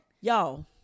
Y'all